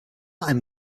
einem